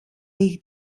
ich